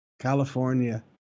California